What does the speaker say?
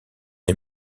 est